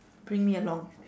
bring me along